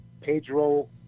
Pedro